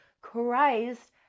Christ